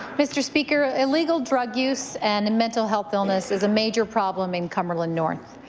mr. speaker, illegal drug use and mental health illness is a major problem in cumberland north.